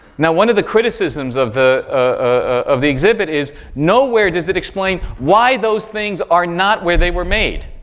now, one of the criticisms of the ah of the exhibit is, nowhere does it explain why those things are not where they were made.